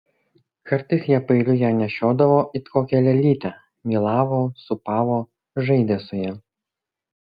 kartais jie paeiliui ją nešiodavo it kokią lėlytę mylavo sūpavo žaidė su ja